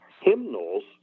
hymnals